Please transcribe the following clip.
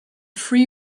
free